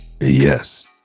yes